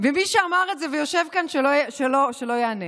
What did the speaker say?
ומי שאמר את זה ויושב כאן, שלא יענה.